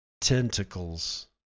Tentacles